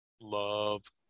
Love